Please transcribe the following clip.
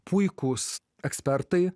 puikūs ekspertai